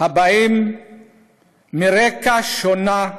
הבאות מרקע שונה,